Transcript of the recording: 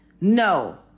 No